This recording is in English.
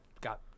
got